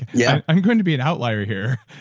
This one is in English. yeah i'm going to be an outlier here.